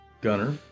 gunner